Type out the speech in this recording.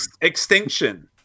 Extinction